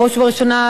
בראש ובראשונה,